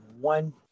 one